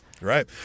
Right